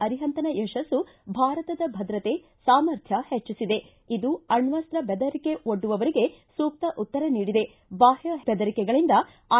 ಅರಿಹಂತನ ಯತಸ್ನು ಭಾರತದ ಭದ್ರತೆ ಸಾಮರ್ಥ್ಯ ಹೆಚ್ಚಿಸಿದೆ ಇದು ಅಣ್ಣಸ್ತ ಬೆದರಿಕೆ ಒಡ್ಡುವವರಿಗೆ ಸೂಕ್ತ ಉತ್ತರ ನೀಡಿದೆ ಬ್ಯಾಹ ಬೆದರಿಕೆಗಳಿಂದ ಐ